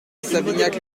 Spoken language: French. savignac